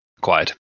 Quiet